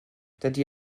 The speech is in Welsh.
dydy